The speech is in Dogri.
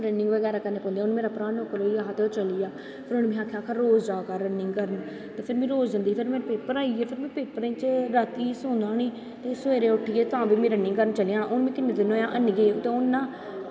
रनिंग बगैरा करनां पौंदी हून मेरा भ्रा नौकर होईया हा ते ओह् चलिया उनैं मी आक्खेआ हा रोज़ जा कर रनिंग करन ते फिर में रोज़ जंदी ही ते फिर मेरे पेपर आईये पेपरें च रातीं सौनां बी नी फ्ही तां बी सवेरें उट्ठियै रनिंग करन चली जाना हून में किन्नें दिन होईये हून नी गेई